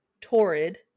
Torrid